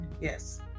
Yes